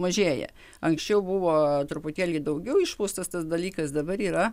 mažėja anksčiau buvo truputėlį daugiau išpūstas tas dalykas dabar yra